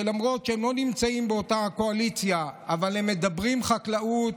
שלמרות שהם לא נמצאים באותה קואליציה הם מדברים חקלאות,